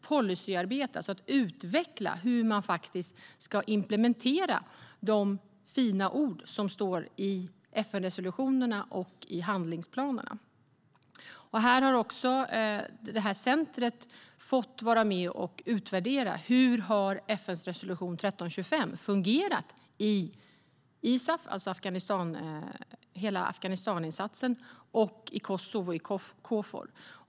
Det handlar alltså om att utveckla hur man ska implementera de fina ord som står i FN-resolutionerna och i handlingsplanerna. Centret har också fått vara med och utvärdera hur FN:s resolution har fungerat i ISAF, alltså i hela Afghanistaninsatsen, och i Kosovo, i Kfor.